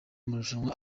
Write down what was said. marushanwa